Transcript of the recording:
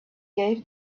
gave